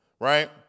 right